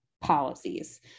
policies